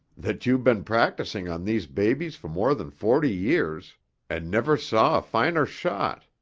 that you've been practicing on these babies for more than forty years and never saw a finer shot.